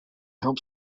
help